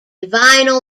vinyl